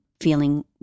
feeling